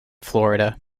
florida